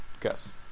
guess